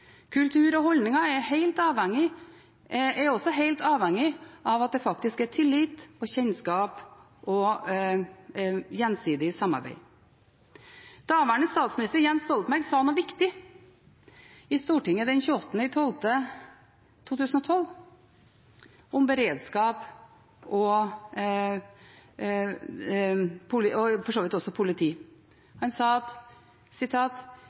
kultur og holdninger kan ikke vedtas. Kultur og holdninger er også helt avhengig av at det faktisk er tillit og kjennskap og gjensidig samarbeid. Daværende statsminister Jens Stoltenberg sa noe viktig i Stortinget den 28. august 2012 om beredskap og for så vidt også politi. Han sa: